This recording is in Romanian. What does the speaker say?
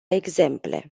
exemple